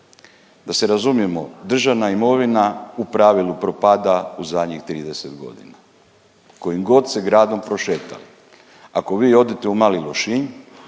Da se razumijemo državna imovina u pravilu propada u zadnjih 30 godina kojim god se gradom prošetali, ako vi odete u Mali Lošinj